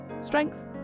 Strength